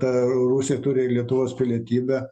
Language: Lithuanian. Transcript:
ta rusė turi lietuvos pilietybę